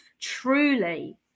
truly